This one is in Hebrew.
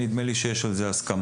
נדמה לי שיש על זה הסכמה.